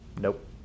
nope